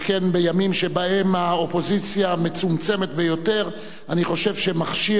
שכן בימים שבהם האופוזיציה מצומצמת ביותר אני חושב שמכשיר